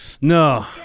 No